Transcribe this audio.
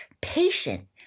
patient